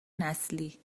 نسلی